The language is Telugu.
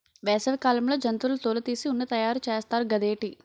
వేసవి కాలంలో జంతువుల తోలు తీసి ఉన్ని తయారు చేస్తారు గదేటి